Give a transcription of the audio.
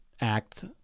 act